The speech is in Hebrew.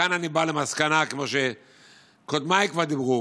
מכאן אני בא למסקנה כמו שקודמיי כבר דיברו: